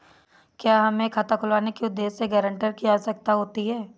क्या हमें खाता खुलवाने के उद्देश्य से गैरेंटर की आवश्यकता होती है?